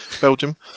Belgium